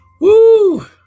Woo